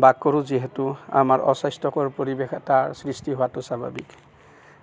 বাস কৰোঁ যিহেতু আমাৰ অস্বাস্থ্যকৰ পৰিৱেশ এটাৰ সৃষ্টি হোৱাটো স্বাভাৱিক